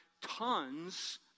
tons